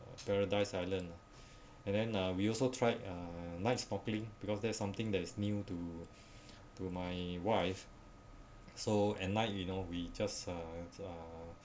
paradise island and then uh we also tried uh night snorkeling because that's something that is new to to my wife so at night you know we just uh uh